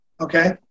Okay